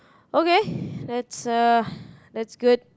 okay that's uh that's good